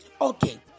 Okay